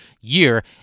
year